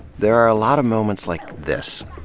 there are a lot of moments like this.